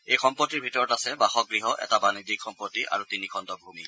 এই সম্পত্তিৰ ভিতৰত আছে বাসগ্য এটা বাণিজ্যিক সম্পত্তি আৰু তিনি খণ্ড ভূমি